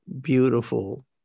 beautiful